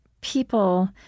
people